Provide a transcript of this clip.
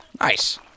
nice